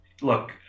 look